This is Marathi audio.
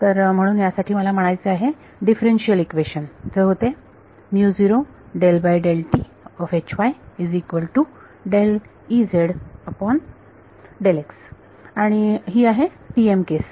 तर म्हणून यासाठी मला म्हणायचे आहे डिफरन्सशीयल इक्वेशन होते आणि ही आहे TM केस